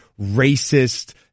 racist